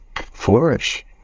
flourish